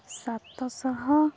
ସାତଶହ